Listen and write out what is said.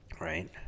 Right